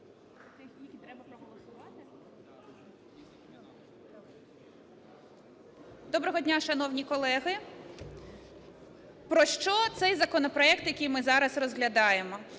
Доброго дня, шановні колеги! Про що цей законопроект, який ми зараз розглядаємо?